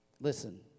Listen